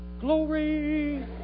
Glory